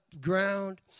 ground